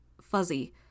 fuzzy